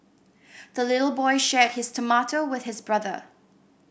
the little boy shared his tomato with his brother